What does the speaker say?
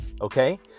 Okay